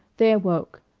they awoke,